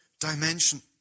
dimension